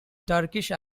turkish